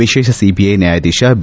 ವಿಶೇಷ ಸಿಬಿಐ ನ್ನಾಯಾಧೀಶ ಬಿ